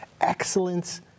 Excellence